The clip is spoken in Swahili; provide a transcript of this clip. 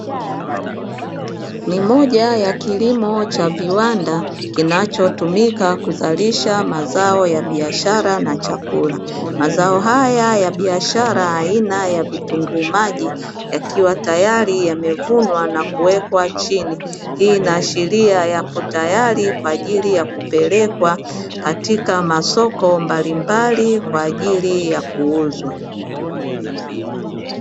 Ni moja ya kilimo cha viwanda kinachotumika kizalisha mazao ya biashara na chakula. Mazao haya ya biashara aina ya vitunguu maji, yakiwa tayari yamevunwa na kuwekwa chini, hii inaashiria yapo tayari kwa ajili ya kupelekwa katika masoko mbalimbali kwa ajili ya kuuzwa.